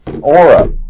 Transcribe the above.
aura